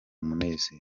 munezero